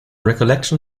recollection